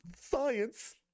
Science